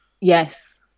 Yes